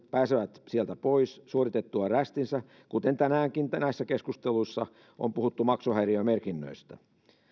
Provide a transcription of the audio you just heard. pääsevät sieltä pois suoritettuaan rästinsä kuten tänäänkin näissä keskusteluissa on puhuttu maksuhäiriömerkinnöistä